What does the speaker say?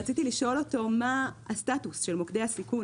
רציתי לשאול אותו מה הסטטוס של מוקדי הסיכון,